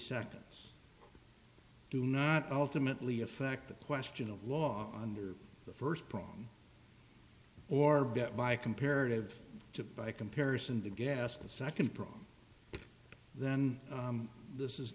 seconds do not alternately affect the question of law under the first prong or by comparative to by comparison the gas the second prong then this is